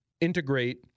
integrate